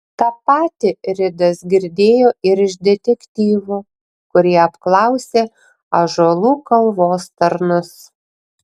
tą patį ridas girdėjo ir iš detektyvų kurie apklausė ąžuolų kalvos tarnus